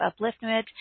upliftment